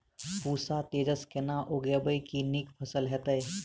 पूसा तेजस केना उगैबे की नीक फसल हेतइ?